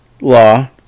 law